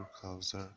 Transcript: closer